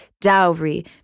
dowry